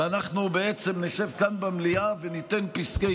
ואנחנו בעצם נשב כאן במליאה וניתן פסקי